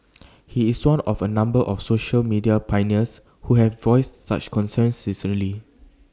he is one of A number of social media pioneers who have voiced such concerns recently